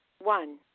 One